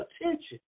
attention